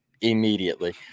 immediately